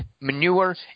manure